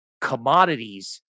Commodities